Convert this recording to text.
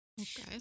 Okay